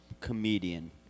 comedian